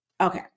okay